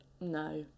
No